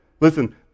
Listen